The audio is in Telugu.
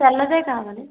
తెల్లదే కావాలి